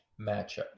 matchup